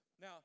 Now